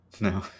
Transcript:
No